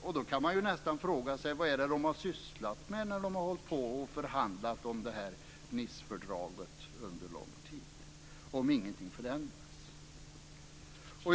Man kan då nästan fråga sig vad de har sysslat med när de har förhandlat om det här Nicefördraget under lång tid om ingenting förändras.